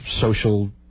social